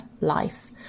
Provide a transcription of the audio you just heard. life